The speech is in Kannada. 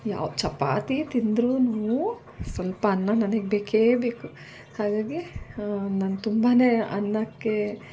ಯಾವ ಚಪಾತಿ ತಿಂದ್ರೂ ಸ್ವಲ್ಪ ಅನ್ನ ನನಗೆ ಬೇಕೇ ಬೇಕು ಹಾಗಾಗಿ ನಂಗೆ ತುಂಬನೇ ಅನ್ನಕ್ಕೆ